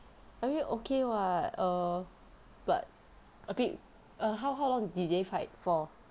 I mean okay [what] err but a bit err how how long did they fight for